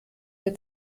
der